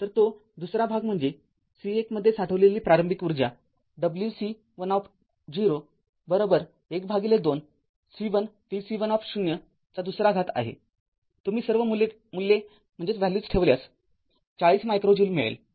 तर तो दुसरा भाग म्हणजे C१ मध्ये साठवलेली प्रारंभिक ऊर्जा wC१० १२C१VC१०२ आहे तुम्ही सर्व मूल्ये ठेवल्यास ४० मायक्रो ज्यूल मिळेल